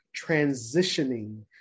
transitioning